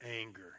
anger